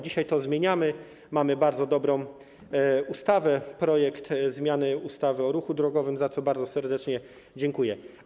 Dzisiaj to zmieniamy, mamy bardzo dobrą ustawę, projekt zmiany ustawy o ruchu drogowym, za co bardzo serdecznie dziękuję.